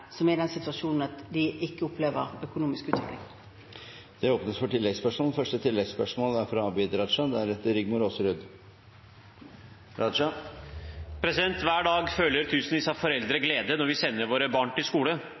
som er i den situasjonen at de ikke opplever økonomisk utvikling. Det åpnes for oppfølgingsspørsmål – først Abid Q. Raja. Hver dag føler tusenvis av foreldre glede når vi sender våre barn til skole.